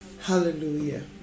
hallelujah